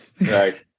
Right